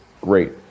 great